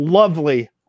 lovely